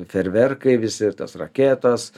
fejerverkai visi ir tos raketos